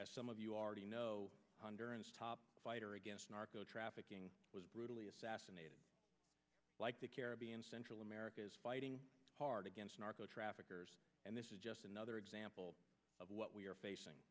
as some of you are the know fighter against narco trafficking was brutally assassinated like the caribbean central america is fighting hard against narco traffickers and this is just another example of what we are facing